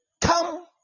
come